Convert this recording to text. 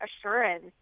assurance